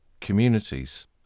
communities